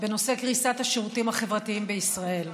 בנושא קריסת השירותים החברתיים בישראל.